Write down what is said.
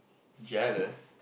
jealous